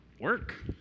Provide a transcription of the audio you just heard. Work